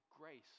grace